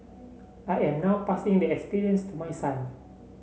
I am now passing the experience to my son